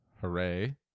hooray